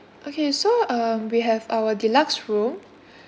okay so um we have our deluxe room